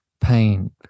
pain